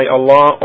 Allah